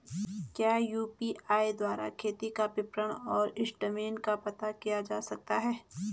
क्या यु.पी.आई द्वारा खाते का विवरण और स्टेटमेंट का पता किया जा सकता है?